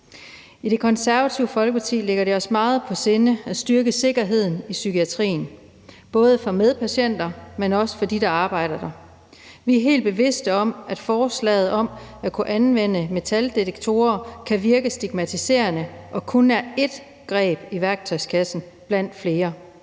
I Det Konservative Folkeparti ligger det os meget på sinde at styrke sikkerheden i psykiatrien, både for medpatienter, men også for dem, der arbejder der. Vi er helt bevidste om, at forslaget om at kunne anvende metaldetektorer kan virke stigmatiserende og kun er ét greb i værktøjskassen blandt flere.